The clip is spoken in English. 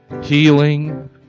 healing